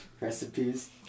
recipes